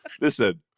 Listen